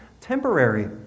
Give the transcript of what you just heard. temporary